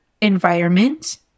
environment